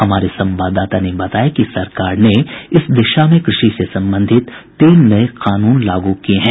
हमारे संवाददाता ने बताया कि सरकार ने इस दिशा में कृषि से संबंधित तीन नए कानून लागू किए हैं